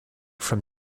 from